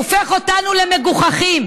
הופך אותנו למגוחכים.